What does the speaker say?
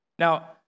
Now